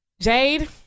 Jade